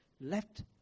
Left